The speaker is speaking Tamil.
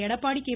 எடப்பாடி கே